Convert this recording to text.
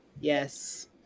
yes